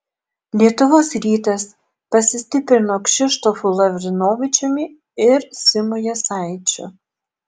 lietuvos rytas pasistiprino kšištofu lavrinovičiumi ir simu jasaičiu